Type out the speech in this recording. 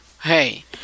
hey